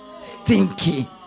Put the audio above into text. stinky